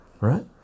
right